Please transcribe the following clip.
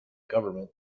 government